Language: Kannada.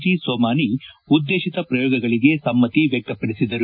ಜಿಸೋಮಾನಿ ಉದ್ದೇಶಿತ ಪ್ರಯೋಗಗಳಿಗೆ ಸಮ್ಮತಿ ವ್ಯಕ್ತಪಡಿಸಿದರು